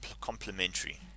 complementary